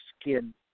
skin